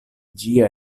ĝia